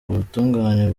ubutungane